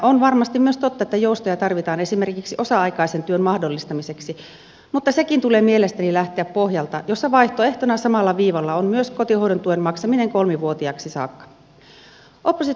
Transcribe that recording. on varmasti myös totta että joustoja tarvitaan esimerkiksi osa aikaisen työn mahdollistamiseksi mutta senkin tulee mielestäni lähteä siltä pohjalta että vaihtoehtona samalla viivalla on myös kotihoidon tuen maksaminen kolmivuotiaaksi saakka